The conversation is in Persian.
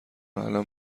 الان